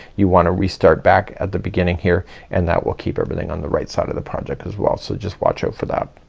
you wanna restart back at the beginning here and that will keep everything on the right side of the project as well. so just watch out for that.